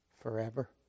forever